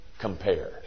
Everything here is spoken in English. compare